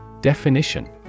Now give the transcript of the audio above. Definition